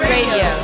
Radio